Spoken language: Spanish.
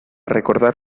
recordar